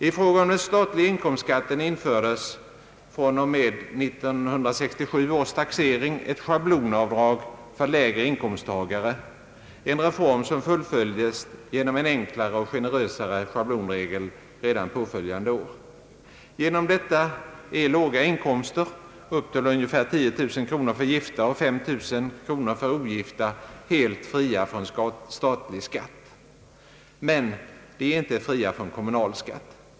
I fråga om den statliga inkomstskatten infördes från och med 1967 års taxering ett schablonavdrag för lägre inkomsttagare, en reform som fullföljdes genom en enklare och generösare schablonregel redan påföljande år. Därigenom är låga inkomster — upp till ungefär 10000 kronor för gifta och 5 000 kronor för ogifta — helt fria från statlig skatt. Men de är inte fria från kommunalskatt.